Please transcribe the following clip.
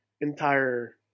entire